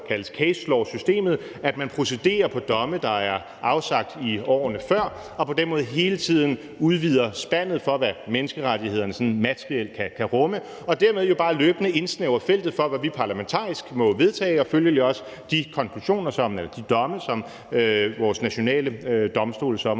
der jo kaldes case law-systemet, at man procederer på domme, der er afsagt i årene før, og på den måde hele tiden udvider spandet for, hvad menneskerettighederne sådan materielt kan rumme, og dermed bare løbende indsnævrer feltet for, hvad vi parlamentarisk må vedtage og følgelig også de domme, som vores nationale domstole så